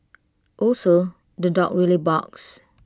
also the dog really barks